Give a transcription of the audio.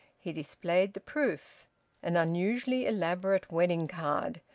he displayed the proof an unusually elaborate wedding card,